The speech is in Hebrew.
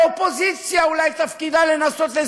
חברי השר אקוניס, אני מכבד אותך.